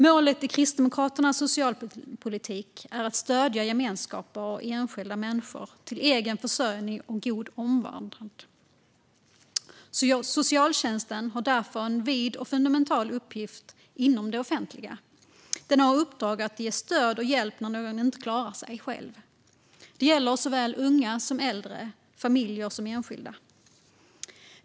Målet för Kristdemokraternas socialpolitik är att stödja gemenskaper och enskilda människor till egen försörjning och god omvårdnad. Socialtjänsten har därför en vid och fundamental uppgift inom det offentliga. Den har i uppdrag att ge stöd och hjälp när någon inte klarar sig själv. Det gäller såväl unga som äldre, såväl familjer som enskilda.